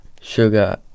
sugar